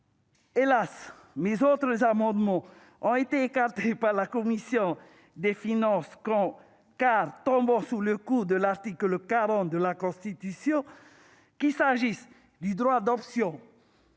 articles. Mes autres amendements ont, hélas ! été écartés par la commission des finances : ils sont tombés sous le coup de l'article 40 de la Constitution, qu'il s'agisse du droit d'option